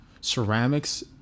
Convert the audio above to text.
ceramics